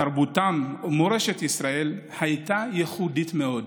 לתרבותם ולמורשת ישראל הייתה ייחודית מאוד.